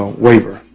ah waiver.